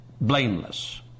blameless